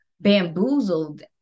bamboozled